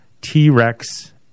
T-Rex